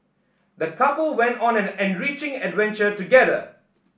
the couple went on an enriching adventure together